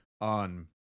on